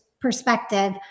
perspective